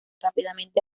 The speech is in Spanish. rápidamente